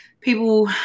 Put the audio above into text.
People